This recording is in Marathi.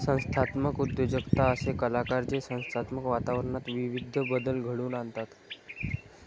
संस्थात्मक उद्योजकता असे कलाकार जे संस्थात्मक वातावरणात विविध बदल घडवून आणतात